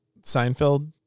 Seinfeld